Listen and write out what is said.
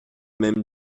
même